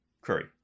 Curry